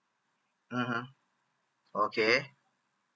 mmhmm okay